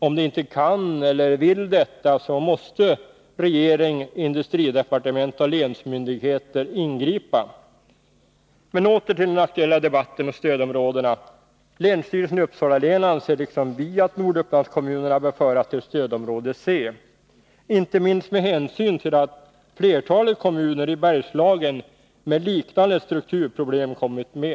Om de inte kan eller vill detta, måste regering, industridepartementet och länsmyndigheter ingripa. Men åter till den aktuella debatten om stödområdena. Länsstyrelsen i Uppsala län anser liksom vi att Nordupplandskommunerna bör föras till stödområde C, inte minst med hänsyn till att flertalet kommuner i Bergslagen med liknande strukturproblem kommit med.